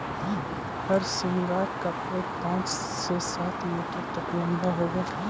हरसिंगार का पेड़ पाँच से सात मीटर तक लंबा होवअ हई